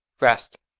rest,